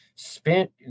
spent